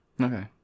Okay